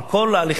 על כל ההליכים,